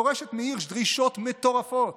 דורשת מהירש דרישות מטורפות